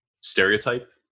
stereotype